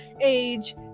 age